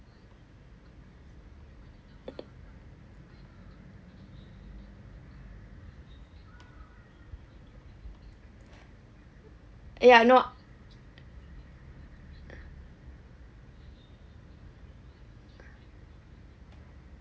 ya not uh uh